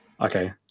Okay